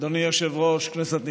אדוני היושב-ראש, כנסת נכבדה,